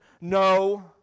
no